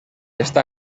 està